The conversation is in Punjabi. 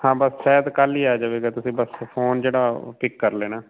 ਹਾਂ ਬਸ ਸ਼ਾਇਦ ਕੱਲ ਹੀ ਆ ਜਾਵੇਗਾ ਤੁਸੀਂ ਬਸ ਫੋਨ ਜਿਹੜਾ ਪਿੱਕ ਕਰ ਲੈਣਾ